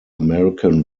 american